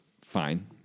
Fine